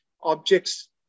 objects